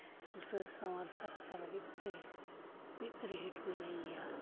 ᱥᱩᱥᱟᱹᱨ ᱥᱟᱶᱟᱨ ᱯᱷᱟᱨᱪᱟ ᱞᱟᱹᱜᱤᱫᱛᱮ ᱢᱤᱫ ᱨᱤᱦᱤᱴ ᱢᱤᱱᱟᱹᱧ ᱜᱮᱭᱟ